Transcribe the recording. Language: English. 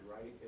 right